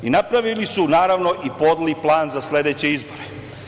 Napravili su, naravno, i podli plan za sledeće izbore.